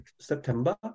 September